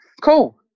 Cool